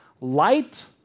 Light